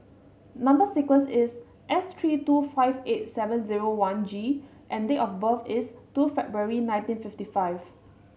number sequence is S three two five eight seven zero one G and date of birth is two February nineteen fifty five